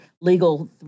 legal